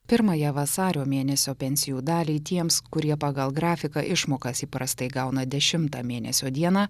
pirmąją vasario mėnesio pensijų daliai tiems kurie pagal grafiką išmokas įprastai gauna dešimtą mėnesio dieną